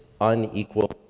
unequal